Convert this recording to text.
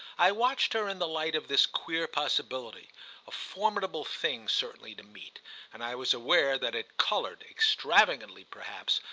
i watched her in the light of this queer possibility a formidable thing certainly to meet and i was aware that it coloured, extravagantly perhaps,